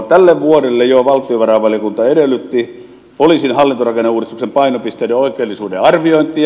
tälle vuodelle jo valtiovarainvaliokunta edellytti poliisin hallintorakenneuudistuksen painopisteiden oikeellisuuden arviointia